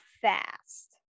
fast